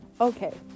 okay